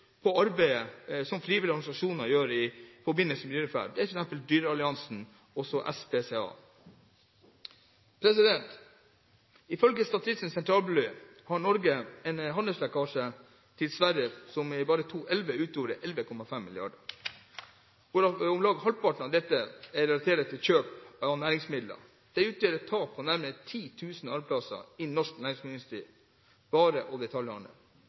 på arbeidet som frivillige organisasjoner gjør i forbindelse med dyrevelferd, som f.eks. Dyrevernalliansen og SPCA. Ifølge Statistisk sentralbyrå har Norge en handelslekkasje til Sverige som bare i 2011 utgjorde 11,5 mrd. kr, hvorav om lag halvparten kan relateres til kjøp av næringsmidler. Dette utgjør et tap på nærmere 10 000 arbeidsplasser innen norsk næringsmiddelindustri, vare- og